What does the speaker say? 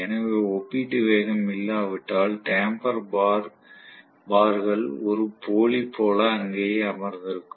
எனவே ஒப்பீட்டு வேகம் இல்லாவிட்டால் டேம்பேர் பார்கள் ஒரு போலி போல அங்கேயே அமர்ந்திருக்கும்